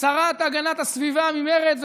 השרה להגנת הסביבה ממרצ,